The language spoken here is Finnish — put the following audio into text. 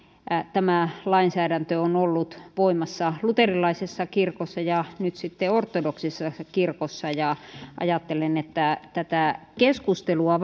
tämä lainsäädäntö on ollut voimassa luterilaisessa kirkossa ja nyt sitten ortodoksisessa kirkossa ajattelen että tätä keskustelua